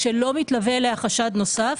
כשלא מתלווה אליה חשד נוסף,